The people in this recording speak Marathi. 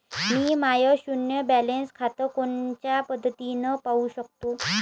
मी माय शुन्य बॅलन्स खातं कोनच्या पद्धतीनं पाहू शकतो?